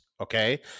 Okay